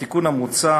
התיקון המוצע